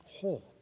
whole